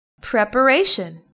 Preparation